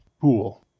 pool